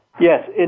Yes